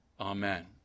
Amen